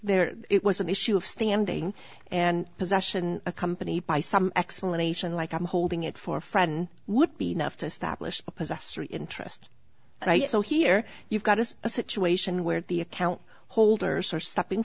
there was an issue of standing and possession accompanied by some explanation like i'm holding it for a friend would be enough to establish a possessory interest right so here you've got this a situation where the account holders are stepping